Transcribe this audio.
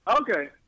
Okay